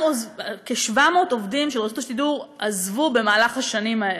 כ-700 עובדים של רשות השידור עזבו בשנים האלה.